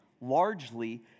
largely